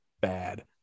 bad